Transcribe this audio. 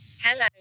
Hello